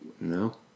no